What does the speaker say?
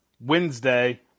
Wednesday